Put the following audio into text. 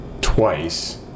twice